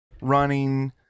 running